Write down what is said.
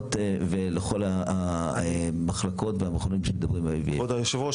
ולכל המחלקות והמכונים שמדברים על IVF. כבוד היושב-ראש,